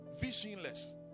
Visionless